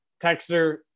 Texter